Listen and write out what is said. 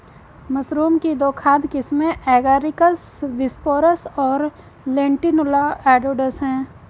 mushroom की दो खाद्य किस्में एगारिकस बिस्पोरस और लेंटिनुला एडोडस है